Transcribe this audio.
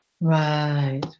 Right